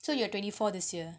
so you're twenty four this year